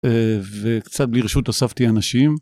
וקצת בלי רשות הוספתי אנשים.